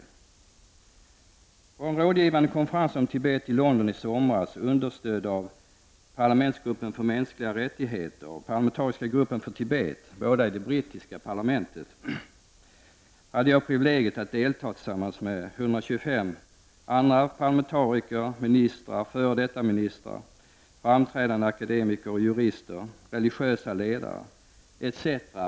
På en rådgivande konferens om Tibet i London i somras -- understödd av Parlamentsgruppen för mänskliga rättigheter och parlamentariska gruppen för Tibet, båda i brittiska parlamentet -- hade jag privilegiet att delta tillsammans med 125 andra parlamentariker, ministrar, före detta ministrar, framträdande akademiker, jurister, religiösa ledare etc.